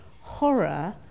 horror